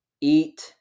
eat